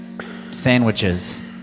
Sandwiches